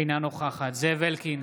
אינה נוכחת זאב אלקין,